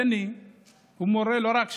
בני הוא מורה לא רק שלי,